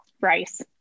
Rice